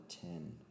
ten